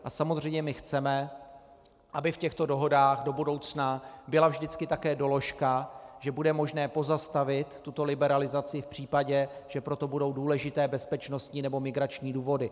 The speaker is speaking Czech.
A samozřejmě my chceme, aby v těchto dohodách do budoucna byla vždycky také doložka, že bude možné pozastavit tuto liberalizaci v případě, že pro to budou důležité bezpečnostní nebo migrační důvody.